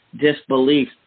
disbelief